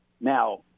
Now